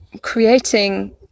creating